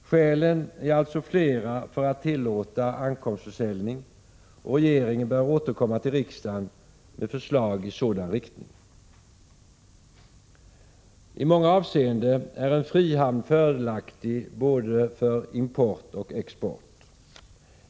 Skälen är alltså flera för att tillåta ankomstförsäljning. Regeringen bör återkomma till riksdagen med förslag i den riktningen. I många avseenden är en frihamn fördelaktig för både import och export.